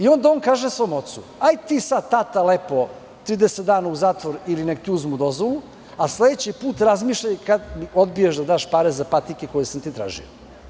Onda on kaže svom ocu – ajde sad ti tata, lepo 30 dana u zatvor, ili nek ti uzmu dozvolu, a sledeći put razmišljaj kada odbiješ da mi daš pare za patike koje sam ti tražio.